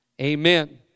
Amen